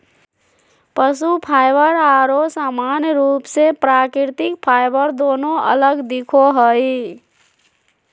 पशु फाइबर आरो सामान्य रूप से प्राकृतिक फाइबर दोनों अलग दिखो हइ